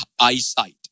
eyesight